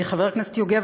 חבר הכנסת יוגב,